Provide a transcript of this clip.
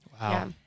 Wow